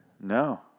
No